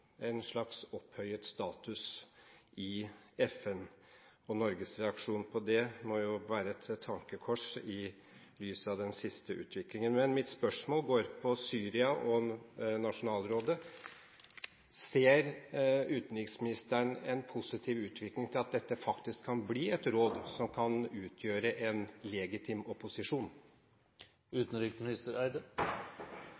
en slags opphøyet status i FN. Norges reaksjon på det må være et tankekors i lys av den siste utviklingen. Men mitt spørsmål går på Syria og nasjonalrådet. Ser utenriksministeren en positiv utvikling mot at dette faktisk kan bli et råd som kan utgjøre en legitim opposisjon?